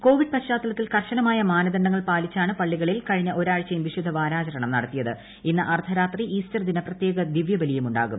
Covid പശ്ചാത്തലത്തിൽ കർശനമായ മാനദണ്ഡങ്ങൾ പാലിച്ചാണ് പള്ളികുളിൽ കഴിഞ്ഞ ഒരാഴ്ചയും വിശുദ്ധ വാരാചരണം നടത്തിയ്ത് ഇന്ന് അർദ്ധരാത്രി ഈസ്റ്റർ ദിന പ്രത്യേക ദിവൃബലിയ്ക്കും ഉണ്ടാകും